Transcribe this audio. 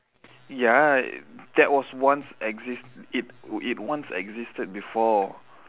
ya that was once exist it it once existed before